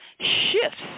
shifts